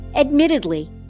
Admittedly